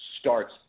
starts